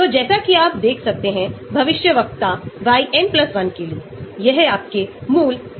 और जबकि nitro meta और पैरा में लगभग समान है